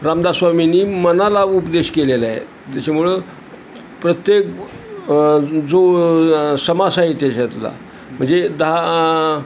रामदास्वामीनी मनाला उपदेश केलेला आहे त्याच्यामुळं प्रत्येक जो समास आहे त्याच्यातला म्हणजे दहा